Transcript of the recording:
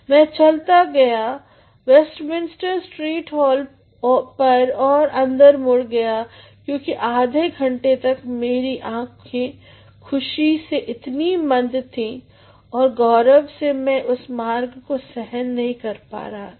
मैं चलता गया वेस्टमिनिस्टर स्ट्रीट हॉल पर और अंदर मुड़ गया क्योंकि आधे घंटे तक मेरी आँखें ख़ुशी से इतनी मंद थीं और गौरव से मैं उस मार्ग को सहन नहीं कर पा रहा था